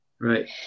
Right